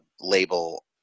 label